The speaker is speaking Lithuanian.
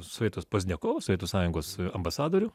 sovietus pozdniakovą sovietų sąjungos ambasadorių